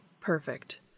perfect